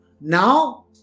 Now